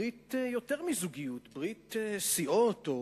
ברית, יותר מזוגיות, ברית סיעות או